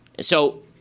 So-